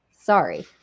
sorry